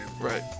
right